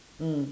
mm